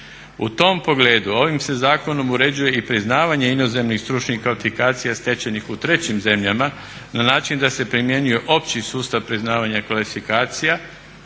U tom pogledu ovim se zakonom uređuje i priznavanje inozemnih stručnih kvalifikacija stečenih u trećim zemljama na način da se primjenjuje opći sustav priznavanja kvalifikacija